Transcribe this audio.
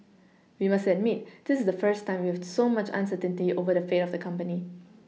we must admit this is the first time we've so much uncertainty over the fate of the company